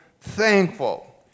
thankful